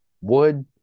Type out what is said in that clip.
wood